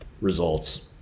results